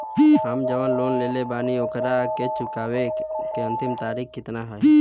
हम जवन लोन लेले बानी ओकरा के चुकावे अंतिम तारीख कितना हैं?